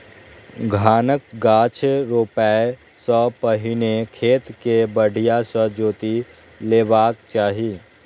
धानक गाछ रोपै सं पहिने खेत कें बढ़िया सं जोति लेबाक चाही